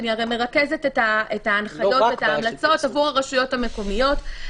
אני הרי מרכזת את ההנחיות ואת ההמלצות עבור הרשויות המקומיות,